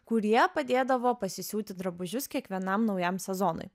kurie padėdavo pasisiūti drabužius kiekvienam naujam sezonui